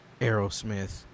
Aerosmith